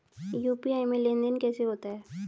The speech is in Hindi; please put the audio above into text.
यू.पी.आई में लेनदेन कैसे होता है?